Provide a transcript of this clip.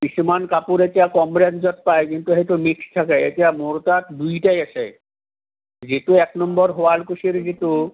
কিছুমান কাপোৰ এতিয়া কম ৰেঞ্জত পাই কিন্তু সেইটো মিক্স থাকে এতিয়া মোৰ তাত দুইটাই আছে যিটো একনম্বৰ শুৱালকুছিৰ যিটো